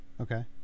Okay